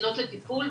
לפנות לטיפול,